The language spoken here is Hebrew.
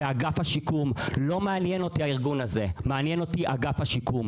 שהם לא שם, הם לא חלק, ובסוף את מי אנחנו צריכים?